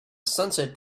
sunset